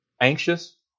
anxious